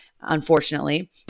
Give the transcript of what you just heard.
unfortunately